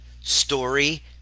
Story